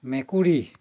মেকুৰী